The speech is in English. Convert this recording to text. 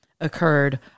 occurred